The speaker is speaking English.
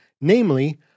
namely